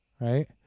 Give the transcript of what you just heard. right